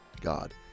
God